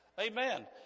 Amen